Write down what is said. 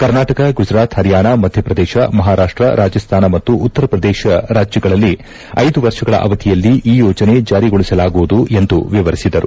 ಕರ್ನಾಟಕ ಗುಜರಾತ್ ಪರಿಯಾಣ ಮಧ್ಯಪ್ರದೇಶ ಮಹಾರಾಷ್ಟ ರಾಜಸ್ಥಾನ ಮತ್ತು ಉತ್ತರ ಪ್ರದೇಶ ರಾಜ್ಯಗಳಲ್ಲಿ ನ್ ವರ್ಷಗಳ ಅವಧಿಯಲ್ಲಿ ಈ ಯೋಜನೆ ಜಾರಿಗೊಳಿಸಲಾಗುವುದು ಎಂದು ವಿವರಿಸಿದರು